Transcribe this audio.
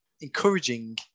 encouraging